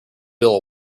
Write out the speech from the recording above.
build